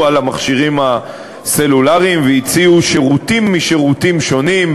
על המכשירים הסלולריים והציעו שירותים משירותים שונים,